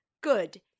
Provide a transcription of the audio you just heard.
good